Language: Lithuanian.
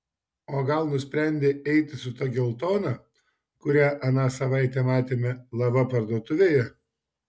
o gal nusprendei eiti su ta geltona kurią aną savaitę matėme lava parduotuvėje